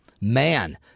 Man